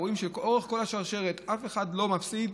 רואים שלאורך כל השרשרת אף אחד לא מפסיד,